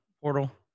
portal